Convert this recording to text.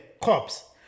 cops